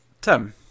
Tim